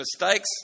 mistakes